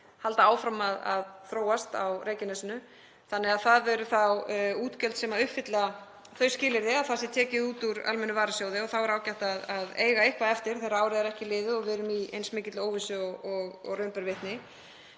halda áfram að þróast á Reykjanesinu. Það eru þá útgjöld sem uppfylla skilyrði fyrir að það sé tekið úr almennum varasjóði og það er ágætt að eiga eitthvað eftir þegar árið er ekki liðið og við erum í eins mikilli óvissu og raun ber vitni.